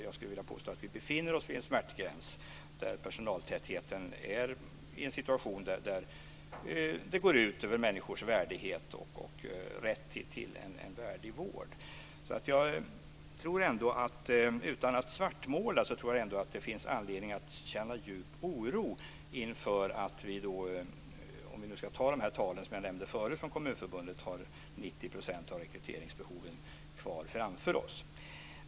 Jag skulle vilja påstå att vi befinner oss vid en smärtgräns där personaltätheten är sådan att det går ut över människors värdighet och rätt till en värdig vård. Utan att svartmåla tror jag att det finns anledning att känna djup oro inför att vi, om vi nu ska ta de här talen från Kommunförbundet som jag nämnde förut, har 90 % av rekryteringsbehoven kvar framför oss.